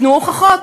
תנו הוכחות,